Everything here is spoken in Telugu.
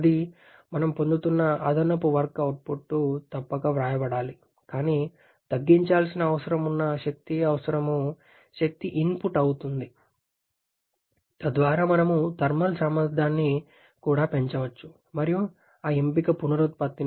అది మనం పొందుతున్న అదనపు వర్క్ అవుట్పుట్ తప్పక వ్రాయబడాలి కానీ తగ్గించాల్సిన అవసరం ఉన్న శక్తి అవసరం శక్తి ఇన్పుట్ అవసరం తద్వారా మనం థర్మల్ సామర్థ్యాన్ని కూడా పెంచుకోవచ్చు మరియు ఆ ఎంపిక పునరుత్పత్తి